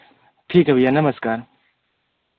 ठीक है भैया नमस्कार